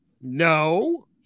No